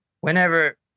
whenever